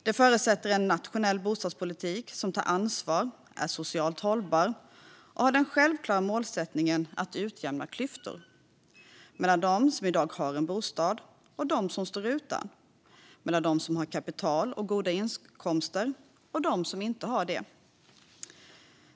Detta förutsätter en nationell bostadspolitik som tar ansvar, är socialt hållbar och har den självklara målsättningen att utjämna klyftor - mellan dem som i dag har en bostad och dem som står utan och mellan dem som har kapital och goda inkomster och dem som inte har det.